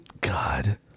god